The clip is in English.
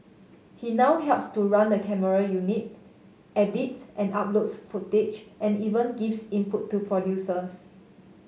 he now helps to run the camera unit edits and uploads footage and even gives input to producers